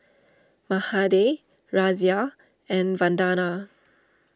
Mahade Razia and Vandana